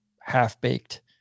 half-baked